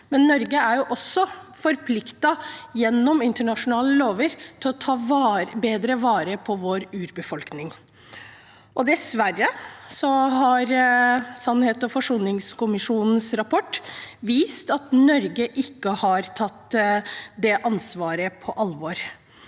men Norge er også forpliktet gjennom internasjonale lover til å ta bedre vare på vår urbefolkning. Dessverre har sannhets- og forsoningskommisjonens rapport vist at Norge ikke har tatt det ansvaret på alvor.